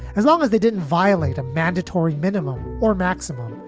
as long as they didn't violate a mandatory minimum or maximum.